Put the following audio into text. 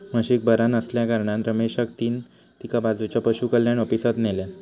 म्हशीक बरा नसल्याकारणान रमेशान तिका बाजूच्या पशुकल्याण ऑफिसात न्हेल्यान